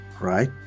right